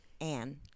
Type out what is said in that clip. Anne